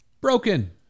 broken